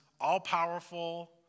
all-powerful